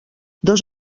dos